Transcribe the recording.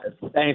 thanks